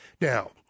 Now